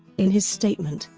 in his statement,